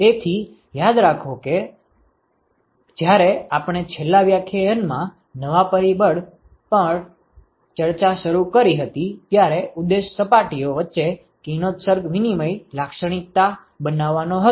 તેથી યાદ કરો કે જ્યારે આપણે છેલ્લા વ્યાખ્યાનમાં નવા પરિબળ પર ચર્ચા શરૂ કરી હતી ત્યારે ઉદ્દેશ સપાટીઓ વચ્ચે કિરણોત્સર્ગ વિનિમય લાક્ષણિકતા બનાવવાનો હતો